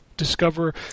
discover